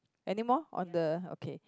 any more on the okay